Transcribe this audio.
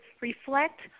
reflect